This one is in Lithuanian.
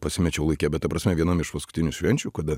pasimečiau laike bet ta prasme vienam iš paskutinių švenčių kada